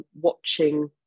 watching